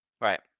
Right